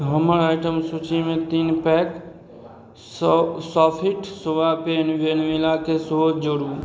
हमर आइटम सूचीमे तीन पैक स सोफिट सोया पेन वेनिलाके सेहो जोड़ू